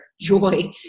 joy